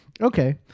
Okay